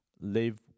live